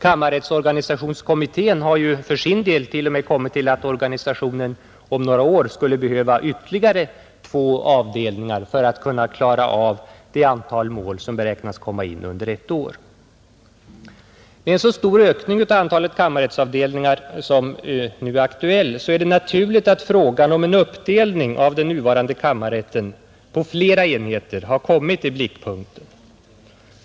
Kammarrättsorganisationskommittén har för sin del t.o.m. kommit fram till att organisationen om några år behöver bestå av ytterligare två avdelningar för att kunna avgöra det antal mål som beräknas komma in under ett år. Med en så stor ökning av antalet kammarrättsavdelningar som nu är aktuell är det naturligt att frågan om en uppdelning av den nuvarande kammarrätten på flera enheter kommit i blickpunkten.